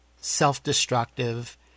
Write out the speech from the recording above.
self-destructive